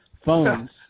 phones